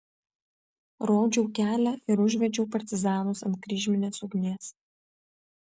rodžiau kelią ir užvedžiau partizanus ant kryžminės ugnies